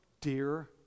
dear